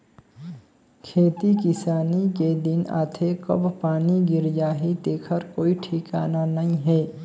खेती किसानी के दिन आथे कब पानी गिर जाही तेखर कोई ठिकाना नइ हे